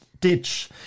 ditch